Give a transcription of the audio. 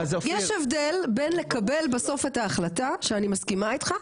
יש הבדל בין לקבל בסוף את ההחלטה שאני מסכימה איתך,